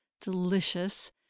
delicious